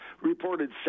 reported